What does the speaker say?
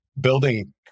building